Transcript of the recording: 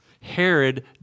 Herod